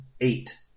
eight